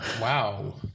Wow